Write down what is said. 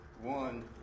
one